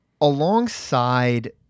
alongside